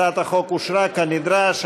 הצעת החוק אושרה כנדרש.